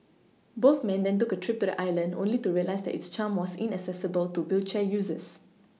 both men then took a trip to the island only to realise that its charm was inaccessible to wheelchair users